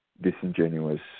disingenuous